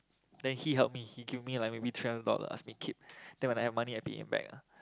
then he help me he give me like maybe three hundred dollar ask me keep then when I got money I pay him back ah